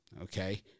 okay